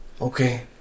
Okay